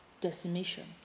decimation